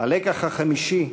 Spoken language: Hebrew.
הלקח החמישי: